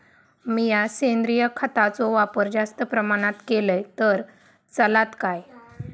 मीया सेंद्रिय खताचो वापर जास्त प्रमाणात केलय तर चलात काय?